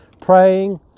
praying